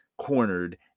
cornered